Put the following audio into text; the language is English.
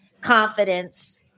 confidence